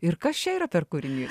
ir kas čia yra per kūrinys